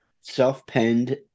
self-penned